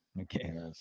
Okay